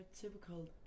typical